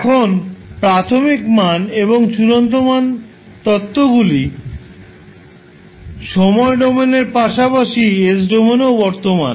এখন প্রাথমিক মান এবং চূড়ান্ত মান তত্ত্বগুলি সময় ডোমেনের পাশাপাশি s ডোমেনেও বর্তমান